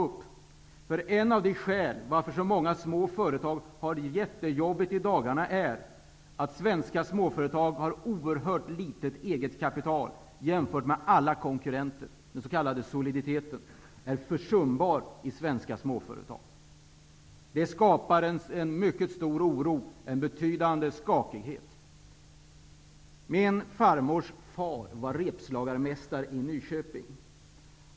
Ett av skälen till att så många små företag i dag har det mycket jobbigt är att svenska småföretag har oerhört litet eget kapital jämfört med konkurrenterna. Den s.k. soliditeten är försumbar i svenska småföretag. Det skapar en mycket stor oro och en betydande skakighet. Min farmors far var repslagarmästare i Nyköping.